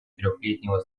трехлетнего